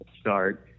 start